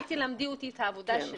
אל תלמדי אותי את העבודה שלי.